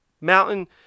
mountain